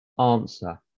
answer